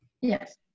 Yes